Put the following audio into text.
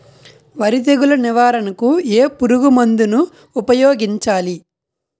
వరి తెగుల నివారణకు ఏ పురుగు మందు ను ఊపాయోగించలి?